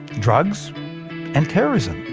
drugs and terrorism.